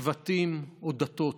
שבטים או דתות